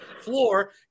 Floor